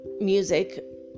music